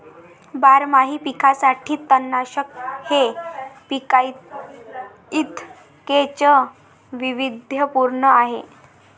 बारमाही पिकांसाठी तणनाशक हे पिकांइतकेच वैविध्यपूर्ण आहे